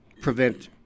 prevent